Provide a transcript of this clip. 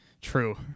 True